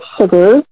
sugar